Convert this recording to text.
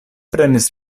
prenis